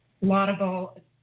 laudable